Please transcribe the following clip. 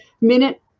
minute